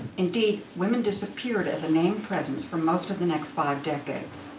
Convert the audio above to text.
indeed, women disappeared as a named presence for most of the next five decades.